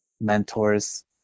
mentors